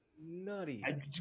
Nutty